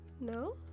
No